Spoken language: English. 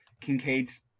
Kincaid's